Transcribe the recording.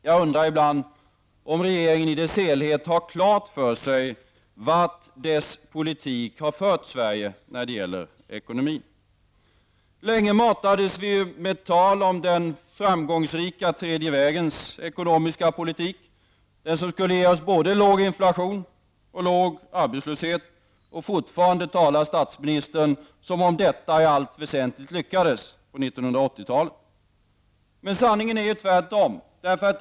Jag undrar ibland om regeringen i dess helhet har klart för sig vart dess politik har fört Sverige när det gäller ekonomin. Länge matades vi med tal om den framgångsrika tredje vägens ekonomiska politik. Den skulle ge oss både låg inflation och låg arbetslöshet, och fortfarande talar statsministern som om detta i allt väsentligt lyckades under 1980 Men sanningen är ju att det förhåller sig tvärtom.